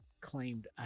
claimed